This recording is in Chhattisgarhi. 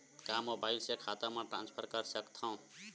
का मोबाइल से खाता म ट्रान्सफर कर सकथव?